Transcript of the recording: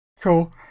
Cool